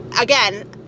again